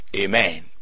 Amen